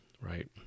right